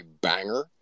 banger